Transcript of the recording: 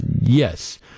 Yes